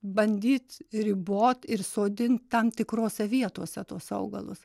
bandyt ribot ir sodint tam tikrose vietose tuos augalus